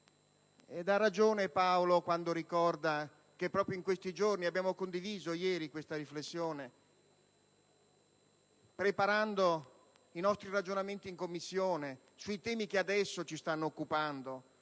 il senatore Nerozzi quando ricorda che proprio negli ultimi giorni abbiamo condiviso questa riflessione preparando i nostri ragionamenti in Commissione sui temi che adesso ci stanno occupando: